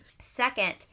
Second